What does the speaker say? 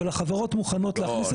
אבל החברות מוכנות להכניס את זה.